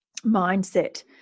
mindset